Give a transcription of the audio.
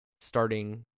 starting